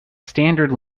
standard